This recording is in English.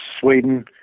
Sweden